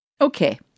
Okay